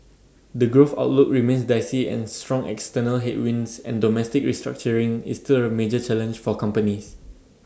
the growth outlook remains dicey and strong external headwinds and domestic restructuring is still A major challenge for companies